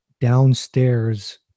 downstairs